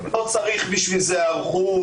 לא צריך בשביל זה היערכות.